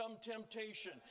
temptation